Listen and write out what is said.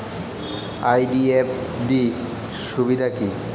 RD ও FD র সুবিধা কি?